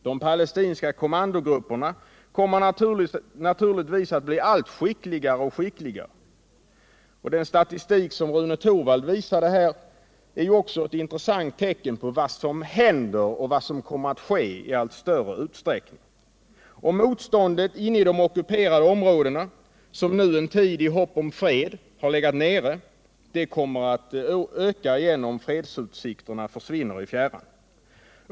De palestinska kommandogrupperna kommer naturligen att bli allt skickligare. Den statistik som Rune Torwald redogjorde för är ett intressant tecken på vad som i allt större utsträckning kommer att ske. Motståndet inne i de ockuperade områdena, vilket nu en tid i hopp om fred legat nere, kommer åter att öka, om fredsutsikterna än en gång försvinner i fjärran.